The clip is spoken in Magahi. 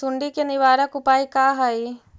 सुंडी के निवारक उपाय का हई?